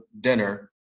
dinner